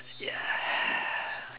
ya